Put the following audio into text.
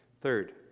Third